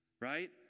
right